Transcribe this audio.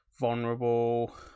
vulnerable